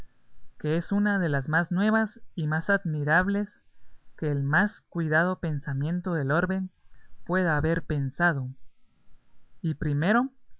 que es una de las más nuevas y más admirables que el más cuitado pensamiento del orbe pueda haber pensado y primero